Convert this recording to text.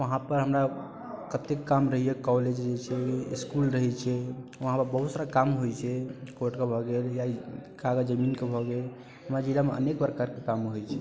वहाँ पर हमरा कतेक काम रहैया कॉलेज रहैत छै इसकुल रहैत छै वहाँ पर बहुत सारा काम होइत छै कोर्टके भऽ गेल या कागज जमीनके भऽ गेल हमरा जिलामे अनेक प्रकारके काम होइत छै